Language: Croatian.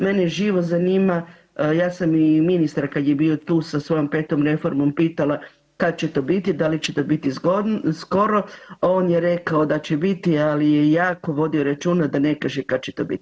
Mene živo zanima, ja sam i ministra kad je bio tu sa svojom 5. reformom pitala kad će to biti, da li će to biti skoro, a on je rekao da će biti, ali je jako vodio računa da ne kaže kad će to biti.